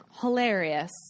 hilarious